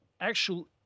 actual